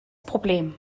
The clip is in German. problem